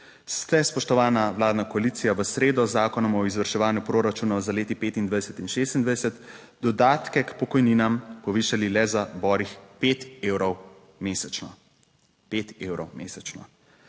ste, spoštovana vladna koalicija v sredo z Zakonom o izvrševanju proračunov za leti 2025 in 2026 dodatke k pokojninam povišali le za borih 5 evrov mesečno. **90.